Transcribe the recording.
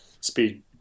speed